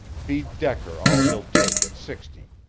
feed decker all he'll take at sixty.